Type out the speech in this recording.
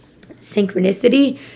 synchronicity